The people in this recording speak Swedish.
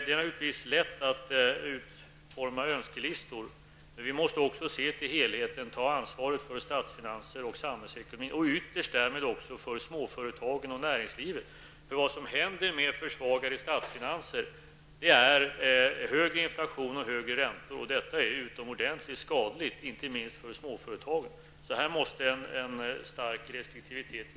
Det är naturligtvis lätt att utforma önskelistor, men vi måste också se till helheten och ta ansvaret för statsfinanser och samhällsekonomi samt ytterst även för småföretagen och näringslivet. Vad som händer om vi får försvagade statsfinanser är att vi också får högre inflation och högre räntor, något som är utomordentligt skadligt, inte minst för småföretagen. Här måste det alltså råda en stark restriktivitet.